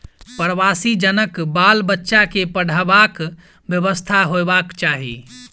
प्रवासी जनक बाल बच्चा के पढ़बाक व्यवस्था होयबाक चाही